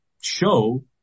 show